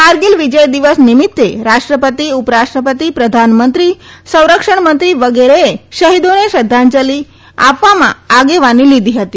કારગીલ વિજય દિવસ નિમિત્તે રાષ્ટ્રપતિ ઉપરાષ્ટ્રપતિ પ્રધાનમંત્રી સંરક્ષણ મંત્રી વગેરેએ શહિદોને શ્રધ્ધાંજલી આપવામાં આગેવાની લીધી હતી